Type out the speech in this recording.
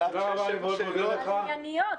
אחרי ששאלת שש-שבע שאלות --- אבל ענייניות,